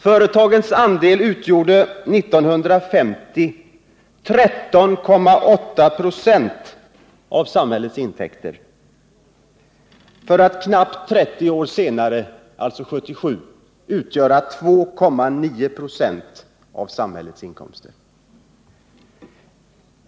Företagens andel utgjorde 13,8 926 av samhällets intäkter år 1950 — för att knappt 30 år senare, alltså 1977, utgöra 2,9 26 av samhällets inkomster.